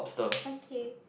okay